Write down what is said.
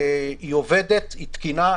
היא עובדת, היא תקינה.